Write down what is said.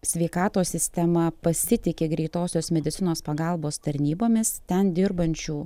sveikatos sistema pasitiki greitosios medicinos pagalbos tarnybomis ten dirbančių